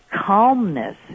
calmness